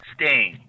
Stain